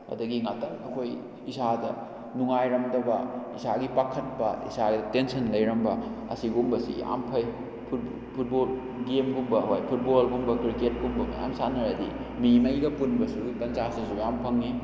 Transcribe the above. ꯑꯗꯒꯤ ꯉꯥꯛꯇꯪ ꯑꯩꯈꯣꯏ ꯏꯁꯥꯗ ꯅꯨꯡꯉꯥꯏꯔꯝꯗꯕ ꯏꯁꯥꯒꯤ ꯄꯥꯈꯠꯄ ꯏꯁꯥꯒꯤ ꯇꯦꯟꯁꯟ ꯂꯩꯔꯝꯕ ꯑꯁꯤꯒꯨꯝꯕꯁꯤ ꯌꯥꯝ ꯐꯩ ꯐꯨꯠꯕꯣꯜ ꯒꯦꯝꯒꯨꯝꯕ ꯍꯣꯏ ꯐꯨꯠꯕꯣꯜꯒꯨꯝꯕ ꯀ꯭ꯔꯤꯛꯀꯦꯠꯀꯨꯝꯕ ꯃꯌꯥꯝ ꯁꯥꯟꯅꯔꯗꯤ ꯃꯤꯉꯩꯒ ꯄꯨꯟꯕꯁꯤꯁꯨ ꯇꯥꯟꯖꯥꯁꯤꯁꯨ ꯌꯥꯝ ꯐꯪꯉꯤ